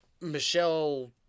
Michelle